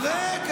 פעם אמרו לי,